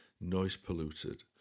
noise-polluted